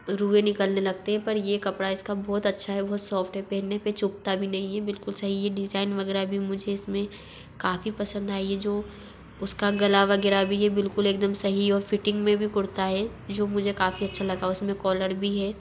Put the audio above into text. रुएं निकलने लगते हें पर ये कपड़ा इसका बहुत अच्छा है बहुत सोफ्ट हे पहेनने पर चुभता भी नहीं है बिल्कुल सही है डिज़ाइन वग़ैरह भी मुझे इस में काफ़ी पसंद आई है जो उसका गला वग़ैरह भी है बिल्कुल एक दम सही और फिटिंग में भी कुर्ता है जो मुझे काफ़ी अच्छा लगा उस में कॉलर भी है